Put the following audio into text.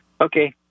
Okay